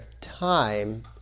time